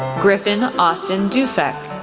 griffin austin dufek,